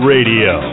Radio